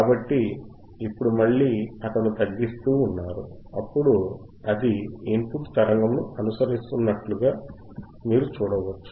కాబట్టి ఇప్పుడు మళ్ళీ అతను తగ్గిస్తూ వున్నారు ఇప్పుడు అది ఇన్పుట్ తరంగము ను అనుసరిస్తున్నట్లు మీరు చూడవచ్చు